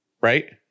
Right